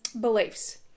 beliefs